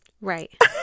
Right